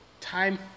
time